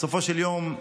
בסופו של יום,